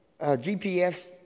GPS